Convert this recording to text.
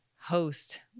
host